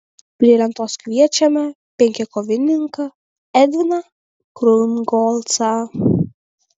prie lentos kviečiame penkiakovininką edviną krungolcą